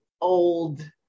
old